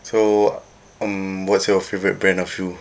so mm what's your favourite brand of shoe